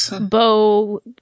Bo